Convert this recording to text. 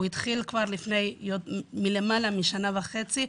הוא כבר לפני מלמעלה משנה וחצי.